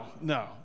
no